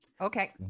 Okay